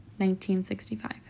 1965